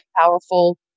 powerful